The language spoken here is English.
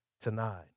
tonight